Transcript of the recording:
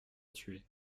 tuer